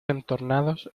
entornados